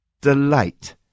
Delight